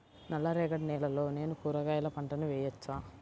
నల్ల రేగడి నేలలో నేను కూరగాయల పంటను వేయచ్చా?